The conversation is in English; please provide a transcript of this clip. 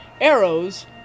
arrows